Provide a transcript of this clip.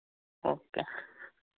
okay